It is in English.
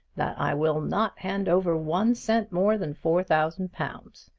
that i will not hand over one cent more than four thousand pounds!